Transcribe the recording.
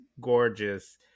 gorgeous